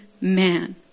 man